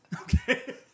Okay